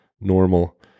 normal